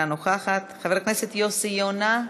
אינה נוכחת, חבר הכנסת יוסי יונה,